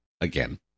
again